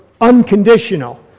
unconditional